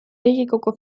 riigikogu